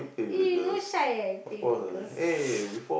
!ee! you not shy ah you play with the girls